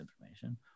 information